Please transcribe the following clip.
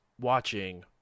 watching